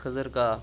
خٔذٕر کاک